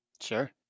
Sure